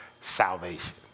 Salvation